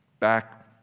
Back